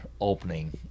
opening